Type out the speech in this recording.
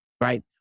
right